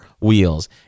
wheels